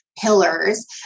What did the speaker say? pillars